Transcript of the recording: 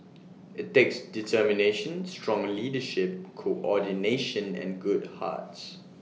IT takes determination strong leadership coordination and good hearts